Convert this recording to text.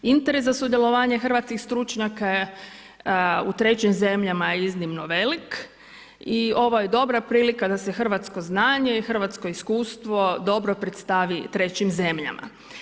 Interes za sudjelovanje hrvatskih stručnjaka u trećim zemljama je iznimno velik i ovo je dobra prilika da se hrvatsko znanje i hrvatsko iskustvo dobro predstavi trećim zemljama.